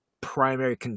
primary